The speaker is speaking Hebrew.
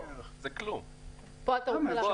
--- בוא.